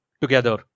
together